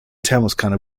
thermoskanne